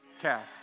Cast